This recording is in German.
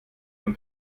von